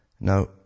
Now